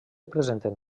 presenten